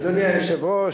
אדוני היושב-ראש,